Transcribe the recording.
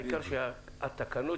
העיקר שהתקנות